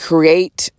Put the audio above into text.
Create